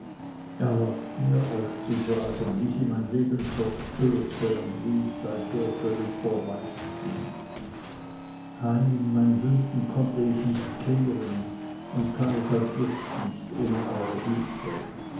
erlaßt mir euch zu sagen wie sie mein leben zerstörte und wie völlig ich seither verwaist bin heim in mein bünden konnte ich nicht kehren und kann es auch jetzt nicht ohne eure hilfe